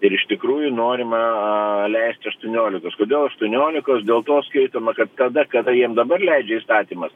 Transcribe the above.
ir iš tikrųjų norima leisti aštuoniolikos kodėl aštuoniolikos dėl to skaitoma kad tada kada jiem dabar leidžia įstatymas